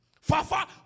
Fafa